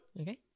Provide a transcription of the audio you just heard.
Okay